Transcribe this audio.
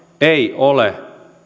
ei ole